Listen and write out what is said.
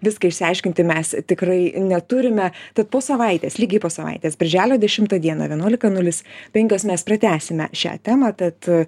viską išsiaiškinti mes tikrai neturime tad po savaitės lygiai po savaitės birželio dešimtą dieną vienuolika nulis penkios mes pratęsime šią temą tad